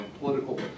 political